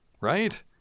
right